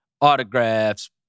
autographs